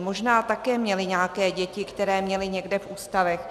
Možná také měli nějaké děti, které měli někde v ústavech.